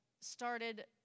started